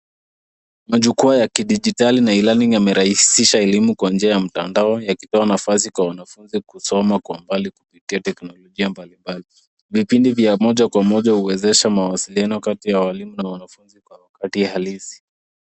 Majukwaa ya kidijitari na e-learning yamerahisisha elimu kwa njia ya mtandao yakipewa nafasi kwa wanafunzi kusoma kwa mbali kupitia teknolojia mbalimbali. Vipindi vya moja kwa moja huwezesha mawasiliano kati ya walimu na wanafunzi kwa wakati halisi.